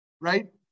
right